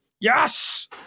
yes